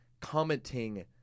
commenting